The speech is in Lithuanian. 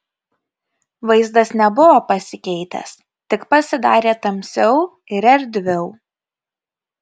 vaizdas nebuvo pasikeitęs tik pasidarė tamsiau ir erdviau